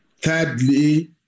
Thirdly